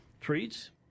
treats